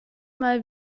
mal